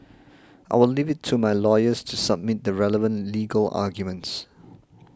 I will leave it to my lawyers to submit the relevant legal arguments